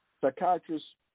Psychiatrist